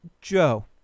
Joe